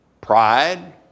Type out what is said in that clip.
pride